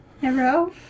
Hello